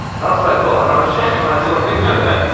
that's what i thought and i was shocked when i saw a picture of it.